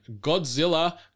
Godzilla